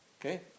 Okay